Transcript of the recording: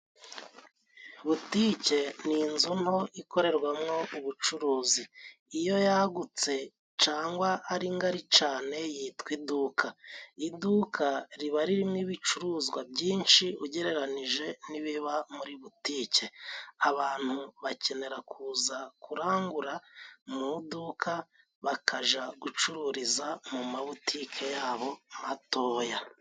Butike ni inzu nto ikorerwamwo ubucuruzi, iyo yagutse cane ari ngari cane yitwa iduka. Iduka riba ririmo ibicuruzwa byinshi ugereranije n'ibiba muri butike. Abantu bakenera kuza kurangura mu iduka bakaja gucururiza mu mabutike yabo matoya.